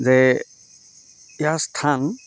যে ইয়াৰ স্থান